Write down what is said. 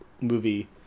movie